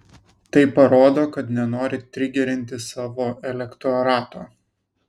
tai parodo kad nenori trigerinti savo elektorato